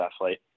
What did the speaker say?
athlete